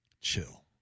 chill